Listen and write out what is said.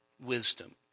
wisdom